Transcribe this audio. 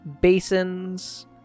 basins